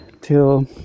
till